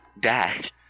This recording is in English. dash